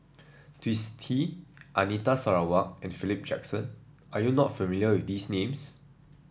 Twisstii Anita Sarawak and Philip Jackson are you not familiar with these names